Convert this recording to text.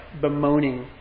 bemoaning